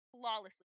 flawlessly